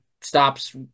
stops